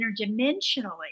interdimensionally